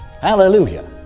Hallelujah